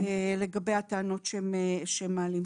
לגבי הטענות שהם מעלים.